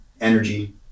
energy